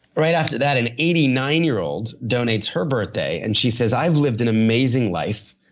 right after that, an eighty nine year old donates her birthday and she says, i've lived an amazing life.